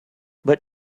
but